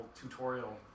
tutorial